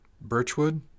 Birchwood